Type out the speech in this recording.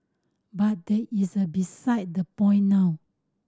but that is a beside the point now